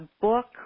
book